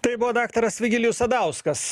tai buvo daktaras vigilijus sadauskas